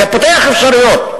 זה פותח אפשרויות,